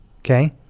Okay